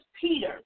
Peter